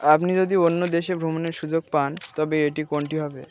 আপনি যদি অন্য দেশে ভ্রমণের সুযোগ পান তবে এটি কোনটি হবে